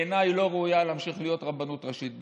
בעיניי היא לא ראויה להמשיך להיות רבנות ראשית בישראל.